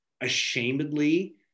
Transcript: ashamedly